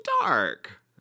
dark